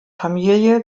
familie